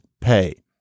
pay